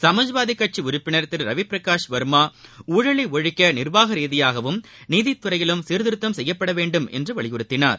சமாஜ்வாதி கட்சி உறுப்பினர் திரு ரவி பிரகாஷ் வர்மா ஊழலை ஒழிக்க நிர்வாக ரீதியாகவும் நீதி துறையிலும் சீர்திருத்தம் செய்யப்படவேண்டும் என்று வலியுறுத்தினார்